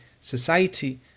society